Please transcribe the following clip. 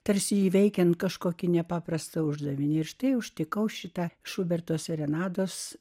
tarsi įveikiant kažkokį nepaprastą uždavinį ir štai užtikau šitą šuberto serenados